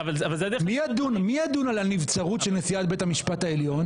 מי ידון בנבצרות של נשיאת בית המשפט העליון,